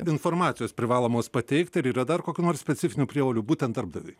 informacijos privalomos pateikti ir yra dar kokių nors specifinių prievolių būtent darbdaviui